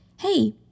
Hey